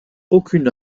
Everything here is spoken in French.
aucune